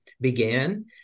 began